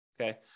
Okay